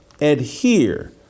adhere